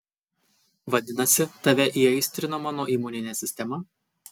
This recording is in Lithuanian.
vadinasi tave įaistrino mano imuninė sistema